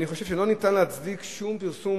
אני חושב שלא ניתן להצדיק שום פרסום